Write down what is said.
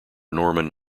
norman